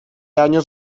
años